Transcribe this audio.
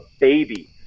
baby